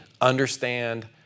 understand